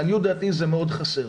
לעניות דעתי זה מאוד חסר.